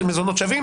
אם זה מזונות שווים.